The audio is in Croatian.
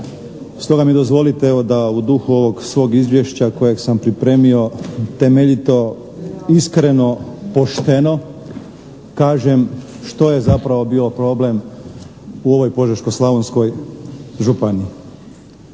Stoga mi dozvolite evo da u duhu ovog svog izvješća kojeg sam pripremio temeljito, iskreno, pošteno kažem što je zapravo bio problem u ovoj Požeško-slavonskoj županiji.